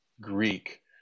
Greek